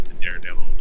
Daredevil